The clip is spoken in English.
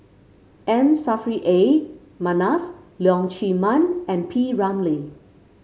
M Saffri A Manaf Leong Chee Mun and P Ramlee